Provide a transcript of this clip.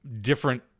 different